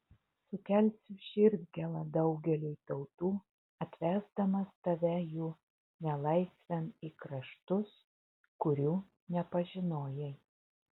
sukelsiu širdgėlą daugeliui tautų atvesdamas tave jų nelaisvėn į kraštus kurių nepažinojai